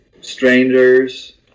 Strangers